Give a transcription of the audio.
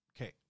Okay